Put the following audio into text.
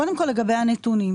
קודם כל, לגבי הנתונים.